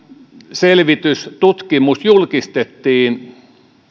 selvitys tutkimus julkistettiin